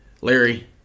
Larry